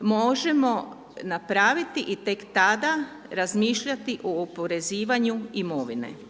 možemo napraviti i tek tada razmišljati o oporezivanju imovine.